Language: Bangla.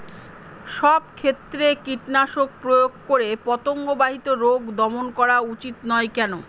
সব ক্ষেত্রে কীটনাশক প্রয়োগ করে পতঙ্গ বাহিত রোগ দমন করা উচিৎ নয় কেন?